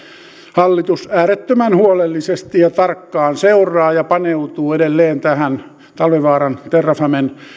hallitus äärettömän huolellisesti ja tarkkaan seuraa ja paneutuu edelleen tähän talvivaaran terrafamen